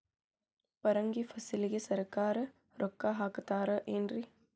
ಪರಂಗಿ ಫಸಲಿಗೆ ಸರಕಾರ ರೊಕ್ಕ ಹಾಕತಾರ ಏನ್ರಿ?